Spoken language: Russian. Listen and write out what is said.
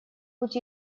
путь